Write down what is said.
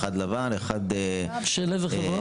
אחד לבן ואחד נט"ן --- של איזו חברה?